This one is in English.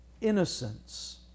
innocence